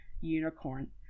unicorn